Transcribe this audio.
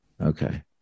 okay